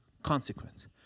consequence